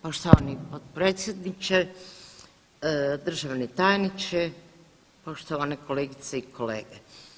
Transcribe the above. Poštovani potpredsjedniče, državni tajniče, poštovane kolegice i kolege.